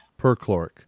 Perchloric